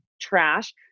trash